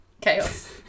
Chaos